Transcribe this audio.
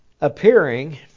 Appearing